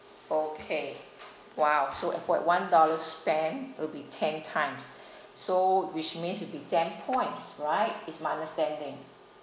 okay !wow! so every one dollar spent will be ten times so which means it'll be ten points right is my understanding